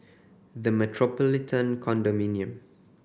The Metropolitan Condominium